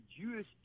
Jewish